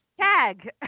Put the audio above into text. Tag